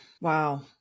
Wow